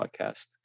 podcast